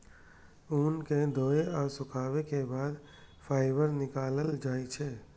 ऊन कें धोय आ सुखाबै के बाद फाइबर निकालल जाइ छै